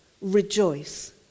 rejoice